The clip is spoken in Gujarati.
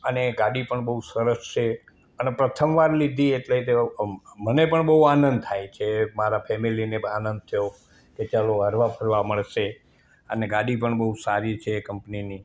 અને ગાડી પણ બહુ સરસ છે અને પ્રથમવાર લીધી એટલે જરા આમ મને પણ બહુ આનંદ થાય છે મારા ફેમિલીને આનંદ થયો કે ચાલો હરવા ફરવા મળશે અને ગાડી પણ બહુ સારી છે કંપનીની